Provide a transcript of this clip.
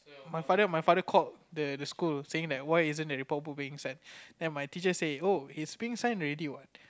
my father my father called the the school saying that why isn't the report book being sign then my teacher say oh it's being signed already what